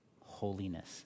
holiness